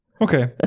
okay